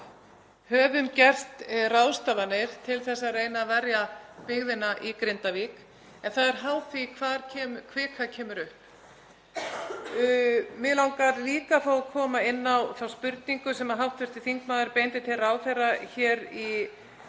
höfum gert ráðstafanir til að reyna að verja byggðina í Grindavík en það er háð því hvar kvika kemur upp. Mig langar líka að fá að koma inn á þá spurningu sem hv. þingmaður beindi til ráðherra hér